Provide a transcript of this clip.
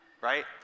Right